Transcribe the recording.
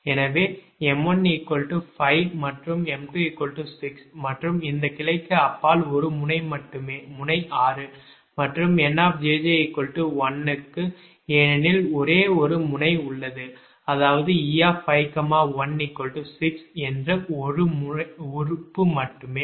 எனவே m1 5 மற்றும் m2 6 மற்றும் இந்த கிளைக்கு அப்பால் ஒரு முனை மட்டுமே முனை 6 மற்றும் Njj1 க்கு ஏனெனில் ஒரே ஒரு முனை உள்ளது அதாவது e51 6 என்ற 1 உறுப்பு மட்டுமே